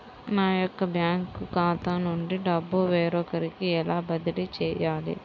నా యొక్క బ్యాంకు ఖాతా నుండి డబ్బు వేరొకరికి ఎలా బదిలీ చేయాలి?